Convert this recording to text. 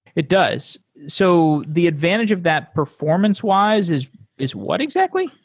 it does. so the advantage of that performance-wise is is what exactly?